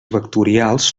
vectorials